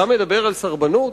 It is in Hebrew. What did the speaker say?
אתה מדבר על סרבנות?